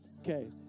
okay